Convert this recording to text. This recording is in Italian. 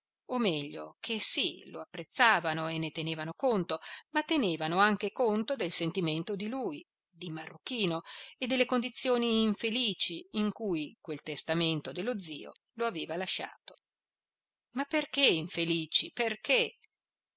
o meglio che sì lo apprezzavano e ne tenevano conto ma tenevano anche conto del sentimento di lui di marruchino e delle condizioni infelici in cui quel testamento dello zio lo aveva lasciato ma perché infelici perché